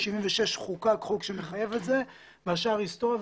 וב-76' חוקק חוק שמחייב את זה והשאר היסטוריה,